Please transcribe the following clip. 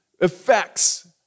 effects